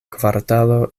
kvartalo